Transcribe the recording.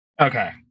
Okay